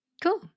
cool